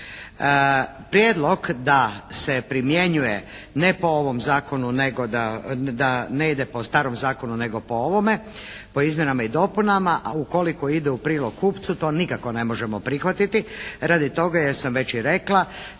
Prijedlog da se primjenjuje ne po ovom zakonu, nego da ne ide po starom zakonu nego po ovome po izmjenama i dopunama, a ukoliko ide u prilog kupcu to nikako ne možemo prihvatiti radi toga jer sam već i rekla